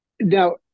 Now